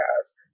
guys